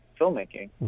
filmmaking